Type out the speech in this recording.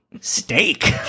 steak